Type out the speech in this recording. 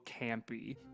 campy